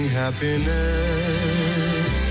happiness